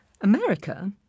America